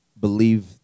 believe